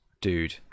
dude